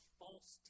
false